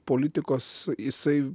politikos jisai